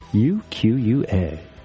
U-Q-U-A